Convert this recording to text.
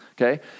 Okay